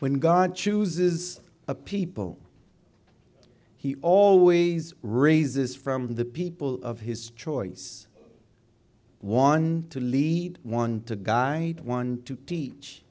when god chooses the people he always raises from the people of his choice one to lead one to guide one to teach